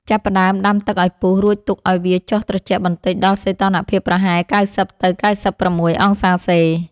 ចាប់ផ្ដើមដាំទឹកឱ្យពុះ រួចទុកឱ្យវាចុះត្រជាក់បន្តិចដល់សីតុណ្ហភាពប្រហែល ៩០ ទៅ ៩៦ អង្សាសេ។